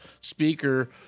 Speaker